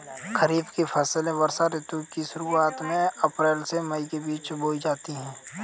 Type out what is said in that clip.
खरीफ की फसलें वर्षा ऋतु की शुरुआत में अप्रैल से मई के बीच बोई जाती हैं